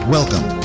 Welcome